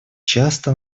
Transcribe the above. часто